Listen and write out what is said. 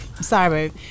sorry